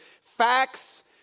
facts